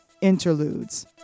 Interludes